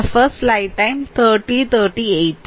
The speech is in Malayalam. ഇവിടെയാണ് I2 I3 3 I